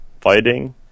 fighting